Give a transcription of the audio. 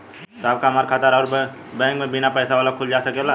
साहब का हमार खाता राऊर बैंक में बीना पैसा वाला खुल जा सकेला?